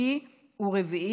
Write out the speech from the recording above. חוב),